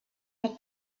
that